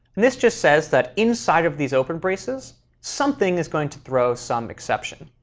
this just says that, inside of these open braces, something is going to throw some exception.